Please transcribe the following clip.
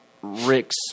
Rick's